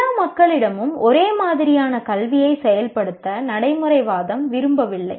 எல்லா மக்களிடமும் ஒரே மாதிரியான கல்வியைச் செயல்படுத்த நடைமுறைவாதம் விரும்பவில்லை